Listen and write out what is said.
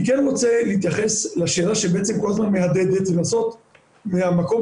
אני רוצה להתייחס לשאלה שבעצם כל הזמן מהדהדת ולנסות מהמקום